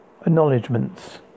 Acknowledgements